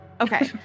Okay